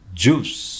juice